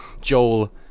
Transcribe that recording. Joel